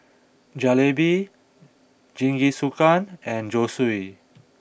Jalebi Jingisukan and Zosui